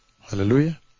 Hallelujah